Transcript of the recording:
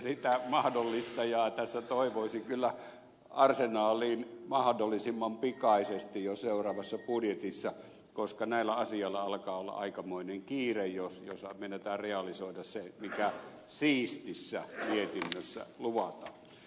sitä mahdollistajaa tässä toivoisi kyllä arsenaaliin mahdollisimman pikaisesti jo seuraavassa budjetissa koska näillä asioilla alkaa olla aikamoinen kiire jos meinataan realisoida se mikä siistissä mietinnössä luvataan